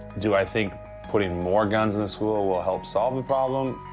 do i think putting more guns in the school will help solve the problem?